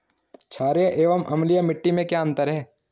छारीय एवं अम्लीय मिट्टी में क्या अंतर है?